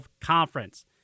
Conference